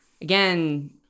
again